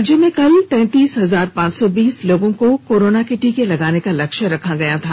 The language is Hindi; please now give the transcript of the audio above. राज्य में कल तैंतीस हजार पांच सौ बीस लोगों को कारोना का टीका लगाने का लक्ष्य रखा गया था